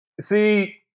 See